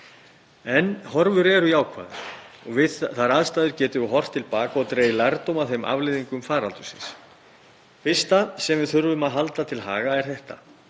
En horfur eru jákvæðar og við þær aðstæður getum við horft til baka og dregið lærdóm af þeim afleiðingum faraldursins. Hið fyrsta sem við þurfum að halda til haga er þetta: